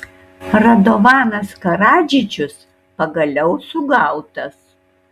radovanas karadžičius pagaliau sugautas